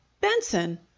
Benson